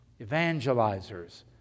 evangelizers